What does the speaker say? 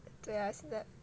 对啊 snap